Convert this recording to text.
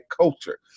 culture